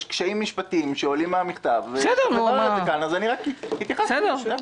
רק התייחסתי, זה הכול.